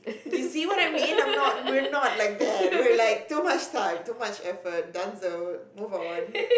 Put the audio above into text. you see what I mean I'm not we're not like that we're like too much time too much effort done so move on